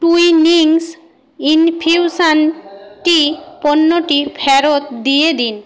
Twinings infusion tea পণ্যটি ফেরত দিয়ে দিন